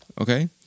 Okay